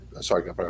Sorry